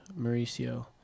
Mauricio